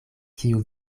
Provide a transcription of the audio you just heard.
kiu